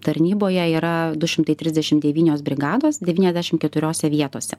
tarnyboje yra du šimtai trisdešim devynios brigados devyniasdešim keturiose vietose